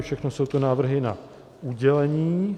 Všechno jsou to návrhy na udělení.